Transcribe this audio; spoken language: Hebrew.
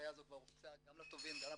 ההנחיה הזאת כבר הופצה גם לתובעים, גם לפרקליטות,